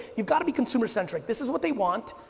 you've got to be consumer centric this is what they want.